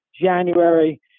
January